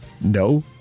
No